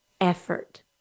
effort